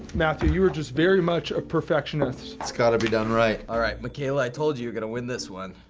matthew you are just very much a perfectionist. it's gotta be done right. alright, mikaela, i told you, you're gonna win this one,